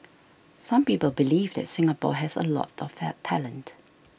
some people believe that Singapore has a lot of talent